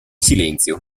silenzio